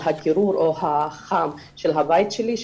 על הקירור של הבית שלי,